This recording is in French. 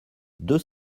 deux